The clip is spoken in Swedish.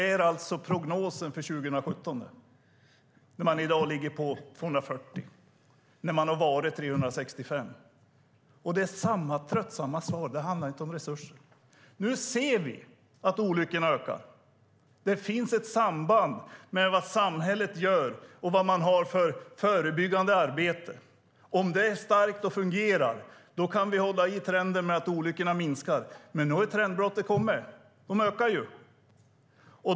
Det är prognosen för 2017. I dag är de 240, och de har varit 365. Det är samma tröttsamma svar, nämligen att det inte handlar om resurser. Nu ser vi att antalet olyckor ökar. Det finns ett samband mellan vad samhället gör och vilket förebyggande arbete som sker. Om det förebyggande arbetet är starkt och fungerar kan trenden att olyckor minskar i antal fortsätta, men nu har trendbrottet kommit. Olyckorna ökar i antal.